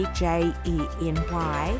j-e-n-y